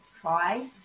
try